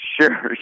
Sure